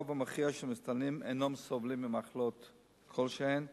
הרוב המכריע של המסתננים אינם סובלים ממחלות כלשהן,